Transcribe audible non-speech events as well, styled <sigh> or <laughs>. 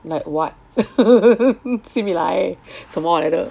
like what <laughs> simi 来 ah 什么来的